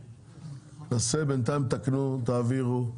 בינתיים תתקנו, תעבירו,